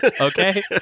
Okay